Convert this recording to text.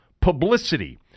publicity